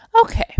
Okay